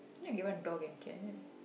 ya he want a dog and cat